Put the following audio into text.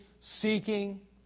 seeking